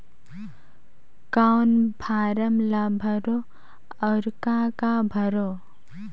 कौन फारम ला भरो और काका भरो?